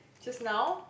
just now